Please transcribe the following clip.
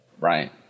right